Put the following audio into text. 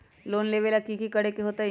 Loan लेबे ला की कि करे के होतई?